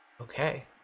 Okay